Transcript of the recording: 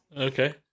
okay